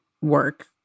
work